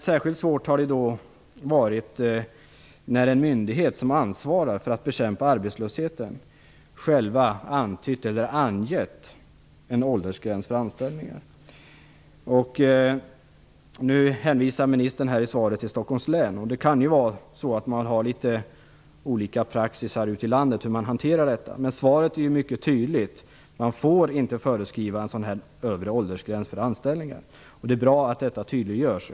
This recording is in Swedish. Särskilt svårt har det varit när en myndighet som ansvarar för att bekämpa arbetslösheten själv antytt eller angett en åldersgräns för anställning. Nu hänvisar ministern i svaret till Stockholms län. Det kan vara så att man har litet olika praxis ute i landet gällande hur man hanterar detta. Men svaret är mycket tydligt - man får inte föreskriva en övre åldersgräns för anställningar. Det är bra att detta tydliggörs.